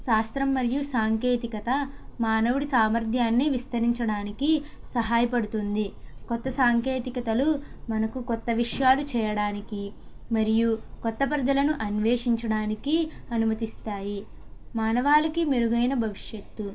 శాస్త్రం మరియు సాంకేతికత మానవుడి సామర్ధ్యాన్ని విస్తరించడానికి సహాయపడుతుంది కొత్త సాంకేతికలు మనకు కొత్త విషయాలు చేయడానికి మరియు కొత్త ప్రజలను అన్వేషించడానికి అనుమతిస్తాయి మానవాళికి మెరుగైన భవిష్యత్తు